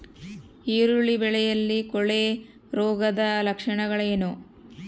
ಈರುಳ್ಳಿ ಬೆಳೆಯಲ್ಲಿ ಕೊಳೆರೋಗದ ಲಕ್ಷಣಗಳೇನು?